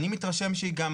אני מתרשם שהיא גם